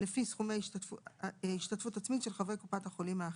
לפי סכומי השתתפות עצמית של חברי קופת החולים האחרת.